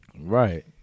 Right